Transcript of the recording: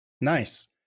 Nice